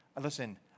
Listen